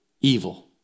Evil